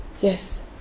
Yes